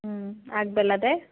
আগবেলাতে